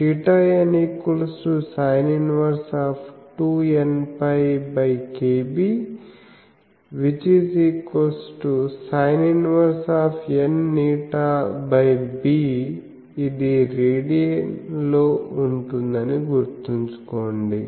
θnsin 12nπkbsin 1nλb ఇది రేడియన్ లో ఉంటుందని గుర్తుంచుకోండి